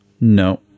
no